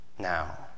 Now